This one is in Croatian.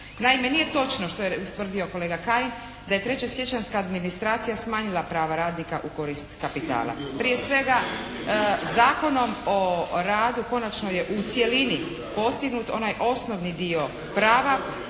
Naime, nije točno što je ustvrdio kolega Kajin da je trečesjećanjska administracija smanjila prava radnika u korist kapitala. Prije svega, Zakonom o radu konačno je u cjelini postignut onaj osnovni dio prava